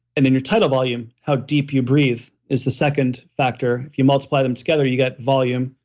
and then your tidal volume, how deep you breathe, is the second factor, if you multiply them together, you get volume,